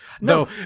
no